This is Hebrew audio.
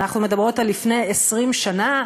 אנחנו מדברות על לפני 20 שנה.